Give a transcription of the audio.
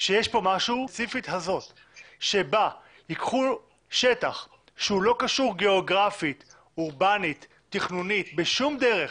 שיש פה משהו שאין בו שכל ישר, אין בו היגיון.